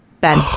Ben